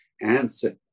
Answer